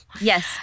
yes